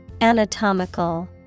Anatomical